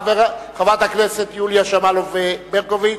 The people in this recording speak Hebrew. חברת הכנסת יוליה שמאלוב-ברקוביץ,